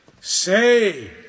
Say